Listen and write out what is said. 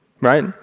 Right